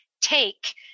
take